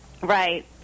Right